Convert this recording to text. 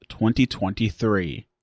2023